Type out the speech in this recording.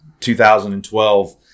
2012